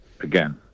again